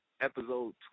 episode